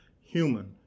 human